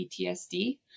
PTSD